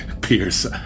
Pierce